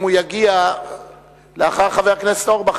אם הוא יגיע לאחר חבר הכנסת אורבך,